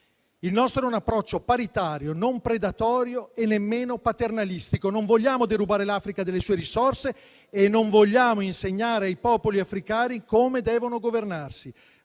Il nostro è un approccio paritario, non predatorio e nemmeno paternalistico. Non vogliamo derubare l'Africa delle sue risorse e non vogliamo insegnare ai popoli africani come devono governarsi,